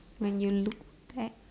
when you look back